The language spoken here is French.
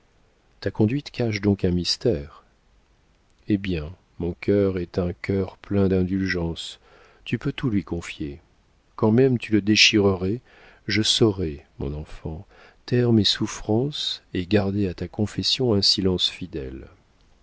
ta conduite cache donc un mystère eh bien mon cœur est un cœur plein d'indulgence tu peux tout lui confier quand même tu le déchirerais je saurais mon enfant taire mes souffrances et garder à ta confession un silence fidèle